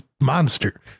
monster